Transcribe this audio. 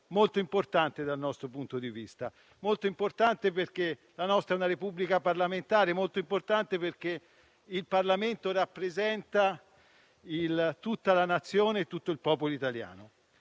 molto importante, dal nostro punto di vista. Molto importante perché la nostra è una Repubblica parlamentare; molto importante perché il Parlamento rappresenta tutta la Nazione e tutto il popolo italiano.